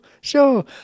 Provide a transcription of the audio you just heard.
sure